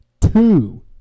two